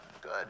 Good